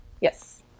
Yes